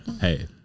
Hey